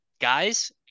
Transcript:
Guys